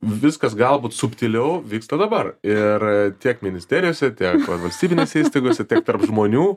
viskas galbūt subtiliau vyksta dabar ir tiek ministerijose tiek valstybinėse įstaigose tiek tarp žmonių